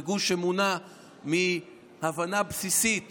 זה גוש שמונע מהבנה בסיסית